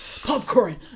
Popcorn